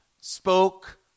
spoke